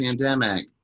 pandemic